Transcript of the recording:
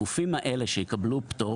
לכן,